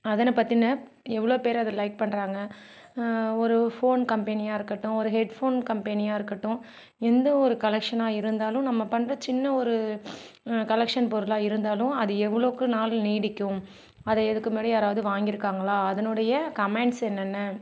அதனை பற்றின எவ்வளோ பேர் அதை லைக் பண்ணுறாங்க ஒரு ஃபோன் கம்பெனியாக இருக்கட்டும் ஒரு ஹெட்ஃபோன் கம்பெனியாக இருக்கட்டும் எந்த ஒரு கலெக்ஷனாக இருந்தாலும் நம்ம பண்ணுற சின்ன ஒரு கலெக்ஷன் பொருளாக இருந்தாலும் அது எவ்ளோக்கு நாள் நீடிக்கும் அதை இதுக்கு முன்னாடி யாராவது வாங்கியிருக்காங்களா அதனுடைய கமெண்ட்ஸ் என்னென்ன